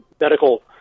medical